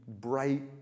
bright